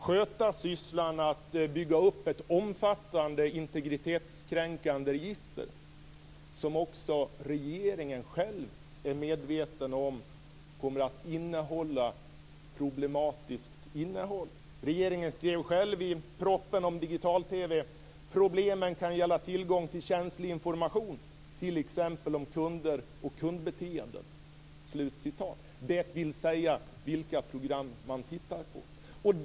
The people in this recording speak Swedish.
Det är fråga om att bygga upp ett omfattande integritetskränkande register, som också regeringen själv är medveten om kommer att ha ett problematiskt innehåll. Regeringen skrev själv i propositionen om digital-TV att problemen kan gälla tillgång till känslig information, t.ex. om kunder och kundbeteenden, dvs. vilka program de tittar på.